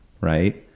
Right